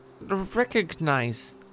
recognize